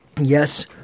yes